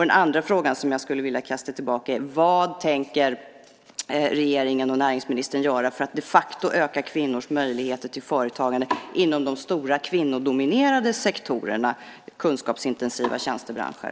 Den andra frågan som jag skulle vilja kasta tillbaka är: Vad tänker regeringen och näringsministern göra för att de facto öka kvinnors möjligheter till företagande inom de stora kvinnodominerade sektorerna, kunskapsintensiva tjänstebranscher?